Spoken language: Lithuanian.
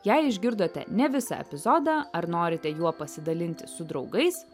jei išgirdote ne visą epizodą ar norite juo pasidalinti su draugais